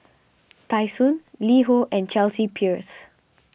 Tai Sun LiHo and Chelsea Peers